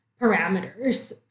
parameters